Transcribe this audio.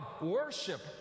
worship